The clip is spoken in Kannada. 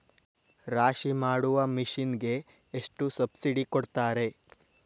ರಾಶಿ ಮಾಡು ಮಿಷನ್ ಗೆ ಎಷ್ಟು ಸಬ್ಸಿಡಿ ಕೊಡ್ತಾರೆ?